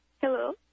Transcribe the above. Hello